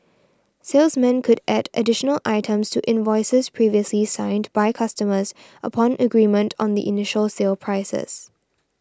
salesmen could add additional items to invoices previously signed by customers upon agreement on the initial sale prices